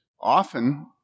Often